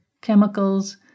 chemicals